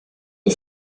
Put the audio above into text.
est